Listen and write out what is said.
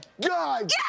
God